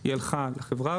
היא הלכה לחברה הערבית,